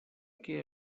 què